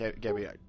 Gabby